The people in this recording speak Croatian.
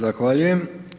Zahvaljujem.